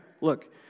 Look